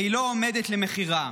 והיא לא עומדת למכירה.